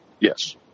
yes